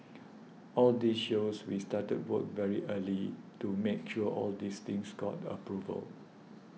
all this shows we started work very early to make sure all these things got approval